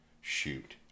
shoot